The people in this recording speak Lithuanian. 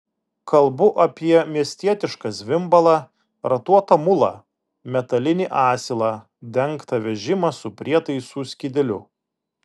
kalbu apie miestietišką zvimbalą ratuotą mulą metalinį asilą dengtą vežimą su prietaisų skydeliu